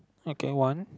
okay one